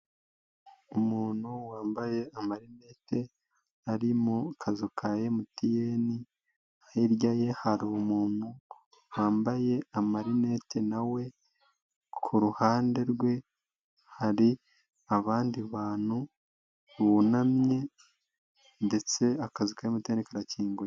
Umuntu wambaye amarinete ari mu kazu ka MTN hirya ye hari umuntu wambaye amarinete na we, ku ruhande rwe hari abandi bantu bunamye ndetse akazi ka MTN karakinguye.